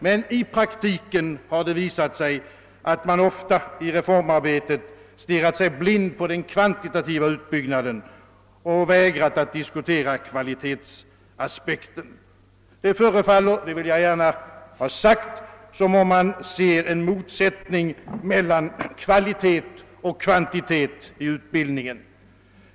Men i praktiken har det visat sig att man ofta i reformarbetet stirrat sig blind på den kvantitativa utbyggnaden och vägrat att diskutera kvalitetsaspekten. Det förefaller som om man ser en motsättning mellan kvantitet och kvalitet i utbildningen.